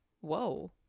whoa